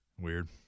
Weird